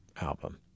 album